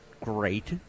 great